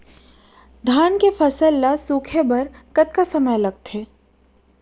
धान के फसल ल सूखे बर कतका समय ल लगथे?